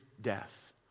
death